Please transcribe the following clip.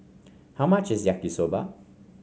how much is Yaki Soba